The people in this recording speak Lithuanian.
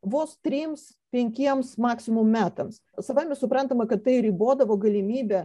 vos trims penkiems maksimum metams savaime suprantama kad tai ribodavo galimybę